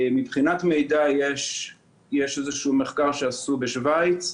כאשר מבחינת מידע יש מחקרים שעשו בשווייץ,